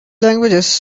languages